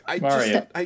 Mario